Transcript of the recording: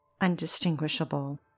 undistinguishable